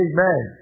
Amen